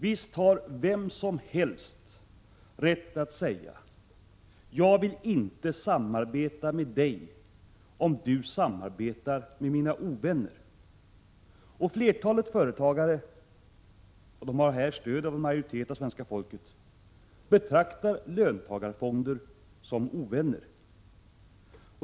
Visst har vem som helst rätt att säga: Jag vill inte samarbeta med dig, om du samarbetar med mina ovänner. Och flertalet företagare — de har här stöd av en majoritet av svenska folket — betraktar löntagarfonder som ovänner.